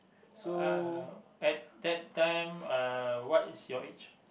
uh at that time uh what is your age